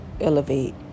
elevate